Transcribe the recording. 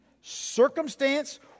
circumstance